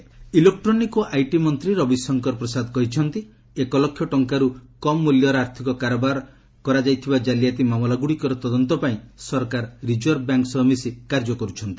RS Prasad electronics ଓ IT ମନ୍ତ୍ରୀ ରବିଶଙ୍କର ପ୍ରସାଦ କହିଛନ୍ତି ଏକ ଲକ୍ଷ ଟଙ୍କାରୁ କମ୍ ମୂଲ୍ୟର ଆର୍ଥିକ କାରବାର ହୋଇ କରାଯାଇଥିବା ଜାଲିଆତି ମାମଲାଗୁଡ଼ିକର ତଦନ୍ତ ପାଇଁ ସରକାର ରିଜର୍ଭ ବ୍ୟାଙ୍କ୍ ସହ ମିଶି କାର୍ଯ୍ୟ କରୁଛନ୍ତି